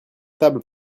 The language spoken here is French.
table